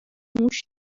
موش